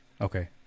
Okay